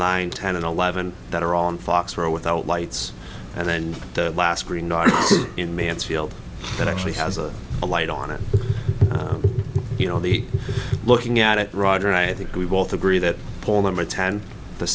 nine ten and eleven that are on fox row without lights and then the last green are in mansfield that actually has a light on it you know the looking at it roger i think we both agree that poll number ten the